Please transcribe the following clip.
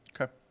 okay